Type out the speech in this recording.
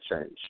change